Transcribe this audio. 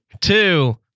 two